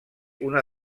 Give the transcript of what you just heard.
una